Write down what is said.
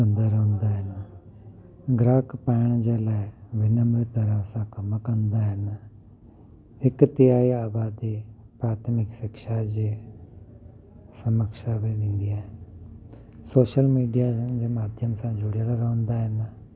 कंदा रहंदा आहिनि ग्राहक पाइण जे लाइ विनम्र तरह सां कम कंदा आहिनि हिकु ते आहे आबादी प्राथमिक शिक्षा जे सम्कक्षा बि वेंदी आहे सोशल मीडिया जे माध्यम सां जुड़ियल रहंदा आहिनि